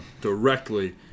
directly